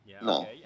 No